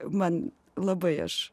man labai aš